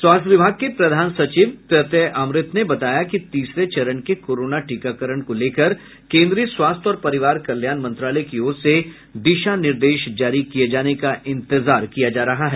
स्वास्थ्य विभाग के प्रधान सचिव प्रत्यय अमृत ने बताया कि तीसरे चरण के कोरोना टीकाकरण को लेकर केन्द्रीय स्वास्थ्य और परिवार कल्याण मंत्रालय की ओर से दिशा निर्देश जारी किये जाने का इंतजार किया जा रहा है